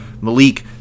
Malik